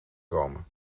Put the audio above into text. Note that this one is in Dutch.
komen